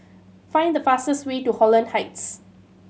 find the fastest way to Holland Heights